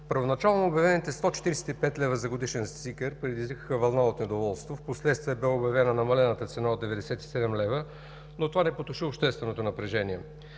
Първоначално обявените 145 лв. за годишен стикер предизвика вълна от недоволство, впоследствие бе обявена намалената цена от 97 лв., но това не потуши общественото напрежение.